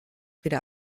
wieder